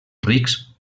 rics